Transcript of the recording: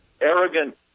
arrogant